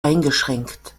eingeschränkt